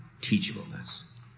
teachableness